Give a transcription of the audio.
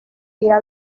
día